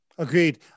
Agreed